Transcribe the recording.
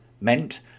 meant